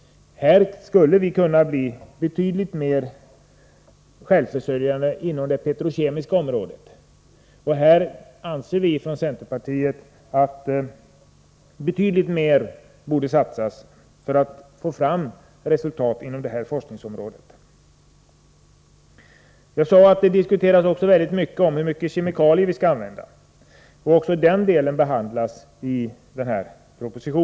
Här skulle vi kunna bli betydligt mer självförsörjande än f. n. inom det petrokemiska området. Vi från centerpartiet anser att betydligt mera borde satsas på att få fram resultat inom det här forskningsområdet. Jag har tidigare sagt att det diskuteras väldigt mycket hur mycket kemikalier som bör användas. Propositionen behandlar forskningen även i den delen.